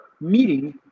meeting